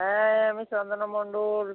হ্যাঁ আমি চন্দনা মণ্ডল